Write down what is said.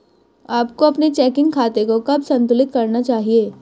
आपको अपने चेकिंग खाते को कब संतुलित करना चाहिए?